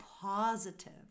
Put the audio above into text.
positive